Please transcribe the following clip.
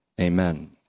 amen